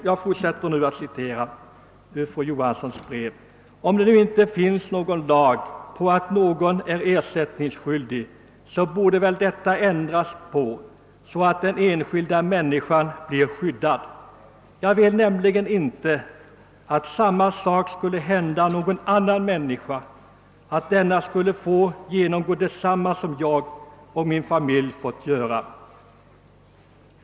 Jag fortsätter att citera ur fru Johanssons brev: >»Om det nu inte finns någon lag på att någon är ersättningsskyldig, så borde väl detta ändras på, så att den enskilda människan blir skyddad. Jag vill nämligen inte, om samma sak skulle hända någon annan människa, att denna skall få genomgå detsamma som jag och min familj fått göra.